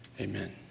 Amen